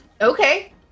Okay